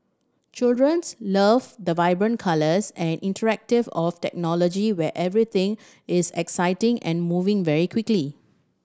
children love the vibrant colours and interactive of technology where everything is exciting and moving very quickly